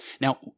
Now